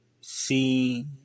see